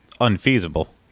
unfeasible